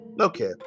Okay